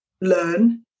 learn